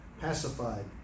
pacified